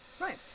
Right